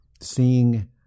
seeing